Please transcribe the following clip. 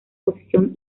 posición